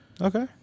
okay